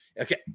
Okay